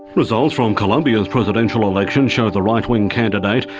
results from colombia's presidential elections show the right-wing candidate,